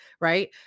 right